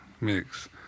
Mix